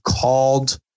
called